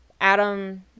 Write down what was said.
Adam